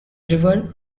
river